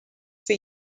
for